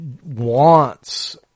wants